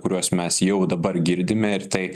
kuriuos mes jau dabar girdime ir tai